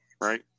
right